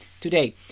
today